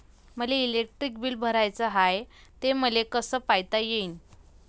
मले electric bill भराचं हाय, ते मले कस पायता येईन?